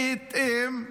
בהתאם,